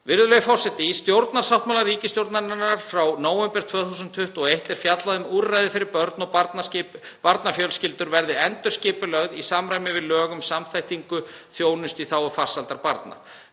Virðulegi forseti. Í stjórnarsáttmála ríkisstjórnarinnar frá nóvember 2021 er fjallað um að úrræði fyrir börn og barnafjölskyldur verði endurskipulögð í samræmi við lög um samþættingu þjónustu í þágu farsældar barna.